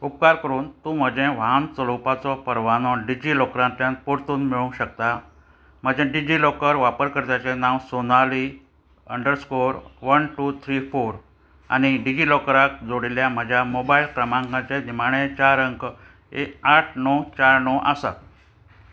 उपकार करून तूं म्हजें वाहन चलोवपाचो परवानो डिजिलॉकरांतल्यान परतून मेळूंक शकता म्हजें डिजिलॉकर वापरकर्त्याचें नांव Sonali underscore one two three four आनी डिजिलॉकराक जोडिल्ल्या म्हज्या मोबायल क्रमांकाचे निमाणे चार अंक आठ णव चार णव आसा